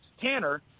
Tanner